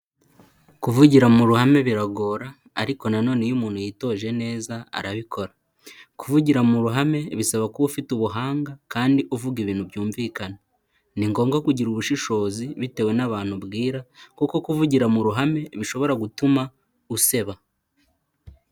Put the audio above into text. Kuvugira mu ruhame biragora ariko nanone iyo umuntu yitoje neza arabikora, kuvugira mu ruhame bisaba kuba ufite ubuhanga kandi uvuga ibintu byumvikana. Ni ngombwa kugira ubushishozi bitewe n'abantu ubwira, kuko kuvugira mu ruhame bishobora gutuma useba.